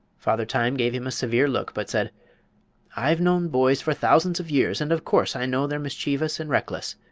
father time gave him a severe look, but said i've known boys for thousands of years, and of course i know they're mischievous and reckless.